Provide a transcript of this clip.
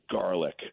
garlic